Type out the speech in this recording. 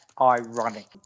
ironic